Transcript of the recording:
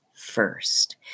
first